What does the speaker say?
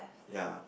ya